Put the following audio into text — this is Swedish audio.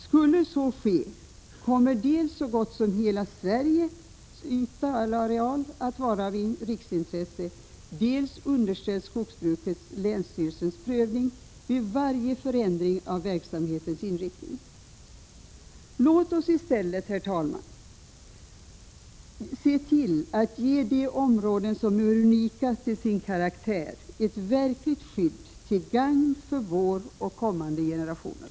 Skulle så ske, kommer dels så gott som hela Sveriges areal att vara av riksintresse, dels skogsbruket att underställas länsstyrelsens prövning vid varje förändring av verksamhetens inriktning. Låt oss i stället, herr talman, se till att ge de områden som är unika till sin karaktär ett verkligt skydd, till gagn för vår och kommande generationer.